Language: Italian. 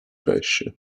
pesce